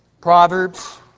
Proverbs